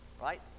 right